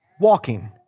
walking